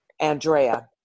Andrea